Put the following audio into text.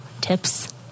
tips